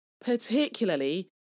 particularly